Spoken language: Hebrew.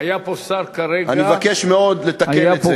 אני מבקש מאוד לתקן את זה.